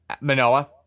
Manoa